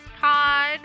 pod